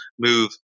move